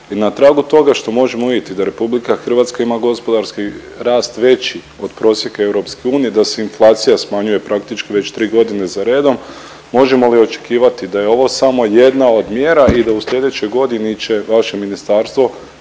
i na tragu toga što možemo vidjeti da RH ima gospodarski rast veći od prosjeka EU, da se inflacija smanjuje praktički već 3 godine za redom. Možemo li očekivati da je ovo samo jedna od mjera i da u slijedećoj godini će vaše ministarstvo